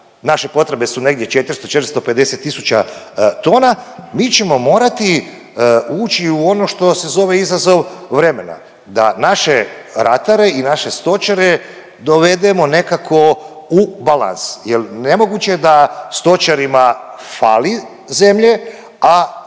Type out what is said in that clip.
naše potrebe su negdje 400, 450 tisuća tona, mi ćemo morati ući u ono što se zove izazov vremena da naše ratare i naše stočare dovedemo nekako u balans jer nemoguće je da stočarima fali zemlje,